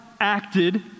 acted